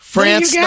France